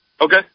Okay